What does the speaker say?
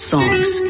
Songs